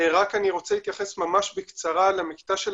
אני רוצה להתייחס ממש בקצרה למקטע של